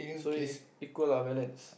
so is equal lah balance